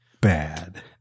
bad